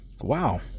Wow